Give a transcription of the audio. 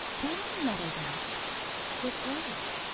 danny meadow mouse was worried.